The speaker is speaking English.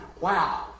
wow